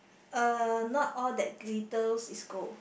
uh not all that glitters is gold